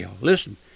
Listen